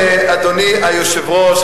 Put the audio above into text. אדוני היושב-ראש,